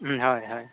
ᱦᱳᱭ ᱦᱳᱭ